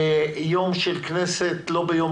ביום של כנסת, לא ביום שלישי.